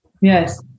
Yes